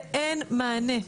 ואין מענה.